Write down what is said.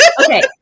Okay